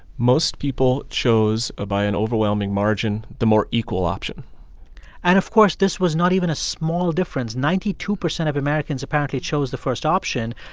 most people chose ah by an overwhelming margin the more equal option and, of course, this was not even a small difference. ninety-two percent of americans apparently chose the first option,